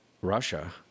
Russia